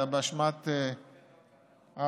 אלא באשמת הקיפאון,